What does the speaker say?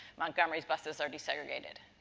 montgomery's buses are desegregated.